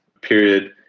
period